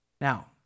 Now